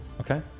okay